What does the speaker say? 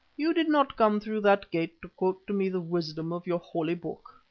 you did not come through that gate to quote to me the wisdom of your holy book.